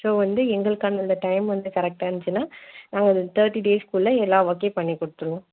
so வந்து எங்களுக்கு அந்த டைம் வந்து கரெக்டாக இருந்துச்சுன்னால் நாங்கள் அந்த தேர்ட்டி டேஸ்க்குள்ளே எல்லா ஒர்க்கையும் பண்ணிக் கொடுத்துடுவோம்